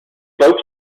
slopes